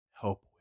help